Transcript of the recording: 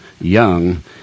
Young